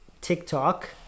TikTok